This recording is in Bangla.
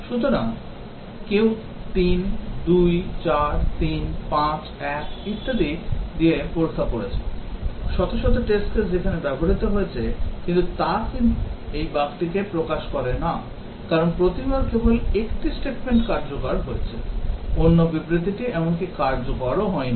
সুতরাং কেউ 3 2 4 3 5 1 ইত্যাদি দিয়ে পরীক্ষা করেছে শত শত test case যেখানে ব্যবহৃত হয়েছে কিন্তু তা এই বাগটিকে প্রকাশ করে না কারণ প্রতিবার কেবল একটি statement কার্যকর হয়েছে অন্য বিবৃতিটি এমনকি কার্যকরও হয় নি